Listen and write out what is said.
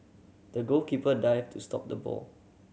the goalkeeper dived to stop the ball